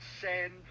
send